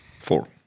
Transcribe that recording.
Four